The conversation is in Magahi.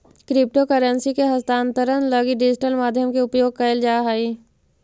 क्रिप्टो करेंसी के हस्तांतरण लगी डिजिटल माध्यम के उपयोग कैल जा हइ